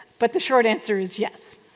but the short answer is yes.